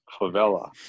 favela